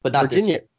Virginia